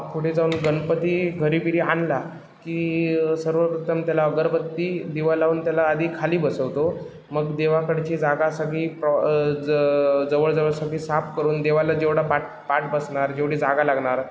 मग पुढे जाऊन गमपती घरी बिरी आणला की सर्वप्रथम त्याला अगरबत्ती दिवा लावून त्याला आधी खाली बसवतो मग देवाकडची जागा सगळी प् ज जवळजवळ सगळी साफ करून देवाला जेवढा पाट पाट बसणार जेवढी जागा लागणार